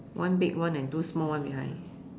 one big one and two small one behind